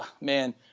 man